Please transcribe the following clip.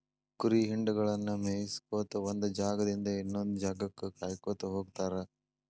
ಕುರಿ ಹಿಂಡಗಳನ್ನ ಮೇಯಿಸ್ಕೊತ ಒಂದ್ ಜಾಗದಿಂದ ಇನ್ನೊಂದ್ ಜಾಗಕ್ಕ ಕಾಯ್ಕೋತ ಹೋಗತಾರ